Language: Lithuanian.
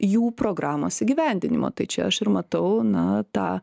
jų programos įgyvendinimo tai čia aš ir matau na tą